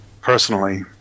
personally